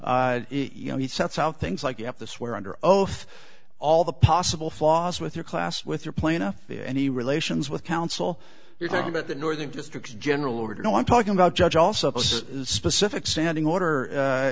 you know he sets out things like you have to swear under oath all the possible flaws with your class with your plaintiff via any relations with counsel you're talking about the northern district general or you know i'm talking about judge also says specific standing order